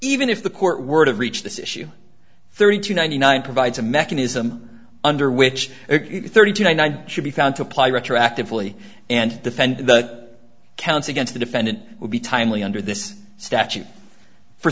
even if the court word of reached this issue thirty two ninety nine provides a mechanism under which thirty nine should be found to apply retroactively and defend the counts against the defendant would be timely under this statute for